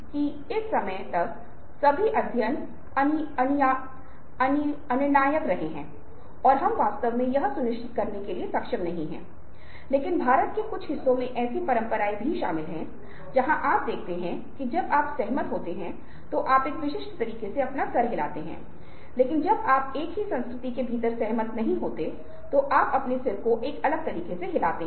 यह है कि आप उन्हें कैसे लेते हैं क्या यह नहीं है कि आप नेट की जाँच कर रहे हैं आप तकनीकी स्थान को देख रहे हैं आप इसे देख रहे हैं आप अन्य लोगों की टिप्पणियों को देख रहे हैं क्या आप इस बात से सहमत नहीं हैं कि आप अपने चारों ओर देख कर राजी हो रहे है